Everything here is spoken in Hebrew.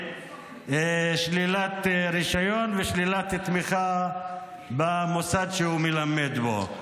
בשלילת רישיון ושלילת תמיכה במוסד שהוא מלמד בו.